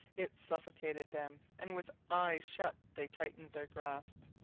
it suffocated them, and with eyes shut they tightened their grasp.